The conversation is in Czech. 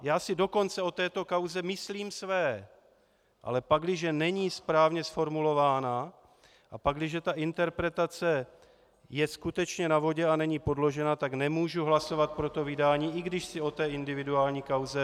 Já si dokonce o této kauze myslím své, ale pakliže není správně zformulována, pakliže ta interpretace je skutečně na vodě a není podložena, tak nemůžu hlasovat pro vydání, i když si o té individuální kauze myslím svoje.